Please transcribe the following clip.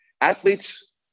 Athletes